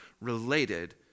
related